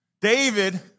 David